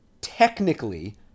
technically